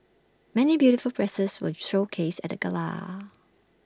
many beautiful presses were showcased at the gala